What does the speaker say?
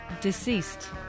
deceased